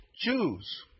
Jews